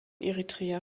eritrea